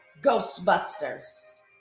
Ghostbusters